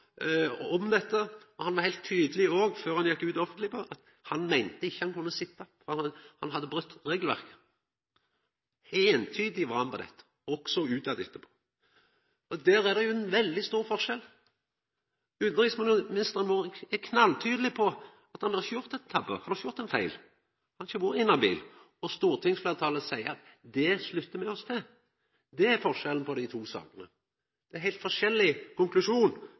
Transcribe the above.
førehand om dette, og han var heilt tydeleg òg før han gjekk ut offentleg på det, han meinte han ikkje kunne sitja – han hadde brote regelverket. Eintydig var han på dette – også ute etterpå. Der er det ein veldig stor forskjell. Utanriksministeren vår er knalltydeleg på at han har ikkje gjort noka tabbe, han har ikkje gjort feil, han har ikkje vore inhabil, og stortingsfleirtalet seier: Det sluttar me oss til. Det er forskjellen på dei to sakene. Det er heilt forskjellig konklusjon